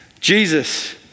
Jesus